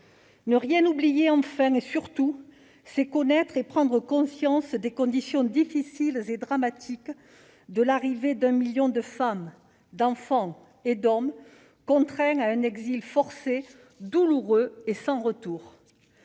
Ne rien oublier, enfin et surtout, c'est prendre conscience des conditions difficiles et même dramatiques dans lesquelles arrivèrent un million de femmes, d'enfants et d'hommes, contraints à un exil forcé, douloureux et sans retour.